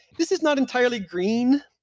this is not entirely green,